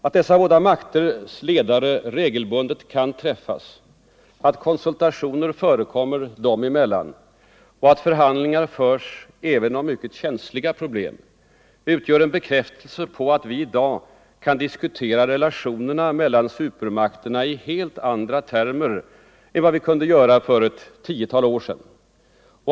Att dessa båda makters ledare regelbundet kan träffas, att konsultationer förekommer dem emellan och att förhandlingar förs även om mycket känsliga problem utgör en bekräftelse på att vi i dag kan diskutera relationerna mellan supermakterna i helt andra termer än vad vi kunde göra för ett tiotal år sedan.